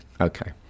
okay